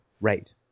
rate